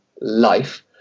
life